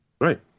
Right